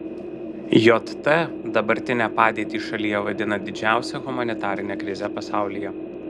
jt dabartinę padėtį šalyje vadina didžiausia humanitarine krize pasaulyje